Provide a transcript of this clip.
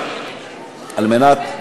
על מנת,